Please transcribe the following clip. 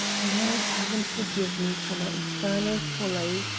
now heaven forgive me for my infernal folly!